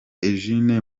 eugene